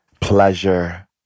pleasure